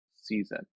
season